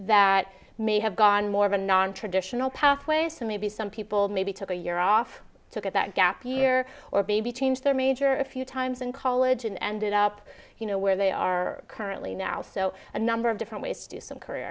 that may have gone more of a nontraditional pathways to maybe some people maybe took a year off to get that gap year or maybe change their major a few times in college and ended up you know where they are currently now so a number of different ways to do some career